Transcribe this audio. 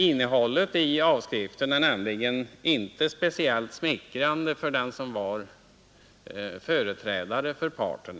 Innehållet i avskriften är nämligen inte speciellt smickrande för den som var företrädare för parten,